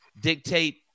dictate